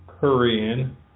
Korean